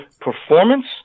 performance